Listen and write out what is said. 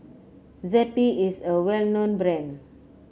zappy is a well known brand